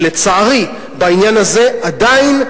ולצערי בעניין הזה עדיין,